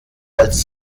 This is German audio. als